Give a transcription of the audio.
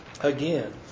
Again